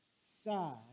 side